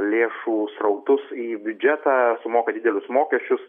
lėšų srautus į biudžetą sumoka didelius mokesčius